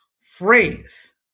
phrase